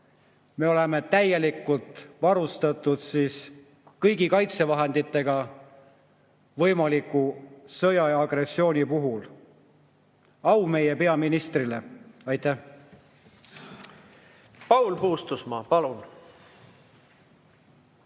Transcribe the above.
me oleme täielikult varustatud kõigi kaitsevahenditega võimaliku sõja ja agressiooni puhuks. Au meie peaministrile! Aitäh! Paul Puustusmaa, palun!